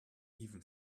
even